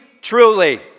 truly